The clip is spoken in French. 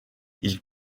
ils